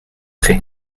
chi